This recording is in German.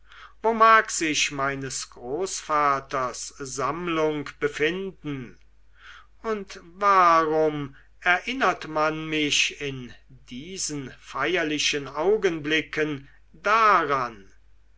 wo mag sich meines großvaters sammlung befinden und warum erinnert man mich in diesen feierlichen augenblicken daran